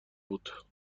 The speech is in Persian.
بود